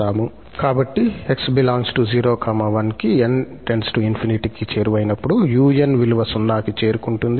కాబట్టి ప్రతి 𝑥 ∈ 01 కి 𝑛 →∞ కి చేరువైనప్పుడు 𝑢𝑛 విలువ 0 కి చేరుకుంటుంది